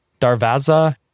Darvaza